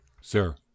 Sir